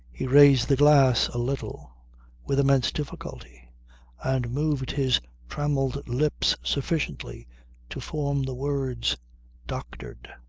he raised the glass a little with immense difficulty and moved his trammelled lips sufficiently to form the words doctored.